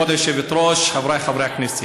כבוד היושבת-ראש, חבריי חברי הכנסת,